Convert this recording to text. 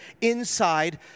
inside